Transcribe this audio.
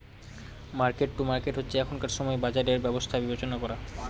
market to market হচ্ছে এখনকার সময় বাজারের ব্যবস্থা বিবেচনা করা